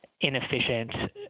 inefficient